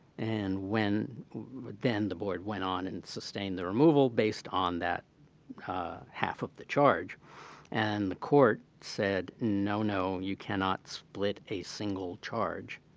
and when then the board went on and sustained the removal based on that half of the charge and the court said, no, no, you cannot split a single charge.